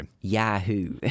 Yahoo